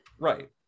Right